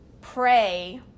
pray